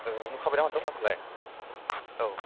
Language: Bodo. नुखाबाय नामा दखानखौलाय औ